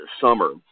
summer